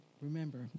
remember